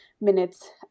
minutes